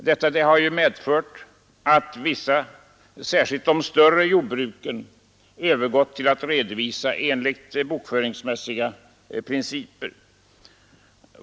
Detta har medfört att vissa jordbruk — och särskilt de större — övergått till att redovisa enligt bokföringsmässiga principer.